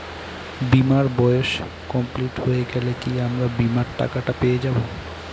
বীমার বয়স কমপ্লিট হয়ে গেলে কি আমার বীমার টাকা টা পেয়ে যাবো?